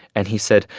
and he said,